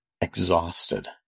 exhausted